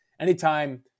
anytime